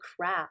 crap